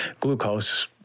glucose